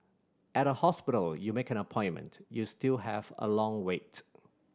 at a hospital you make an appointment you still have a long waits